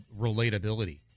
relatability